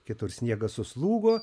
kitur sniegas suslūgo